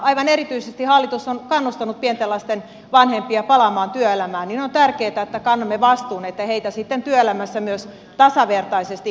aivan erityisesti hallitus on kannustanut pienten lasten vanhempia palaamaan työelämään joten on tärkeätä että kannamme vastuun että heitä sitten työelämässä myös tasavertaisesti kohdellaan